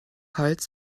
holz